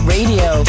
Radio